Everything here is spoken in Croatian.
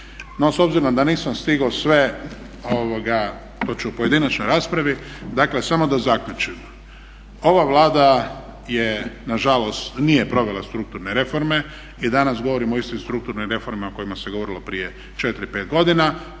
s obzirom da nisam stigao sve, to ću u pojedinačnoj raspravi. Dakle, samo da zaključim. Ova Vlada nažalost nije provela strukturne reforme i danas govorimo o istim strukturnim reformama o kojima se govorilo prije 4, 5 godina.